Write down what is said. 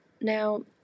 Now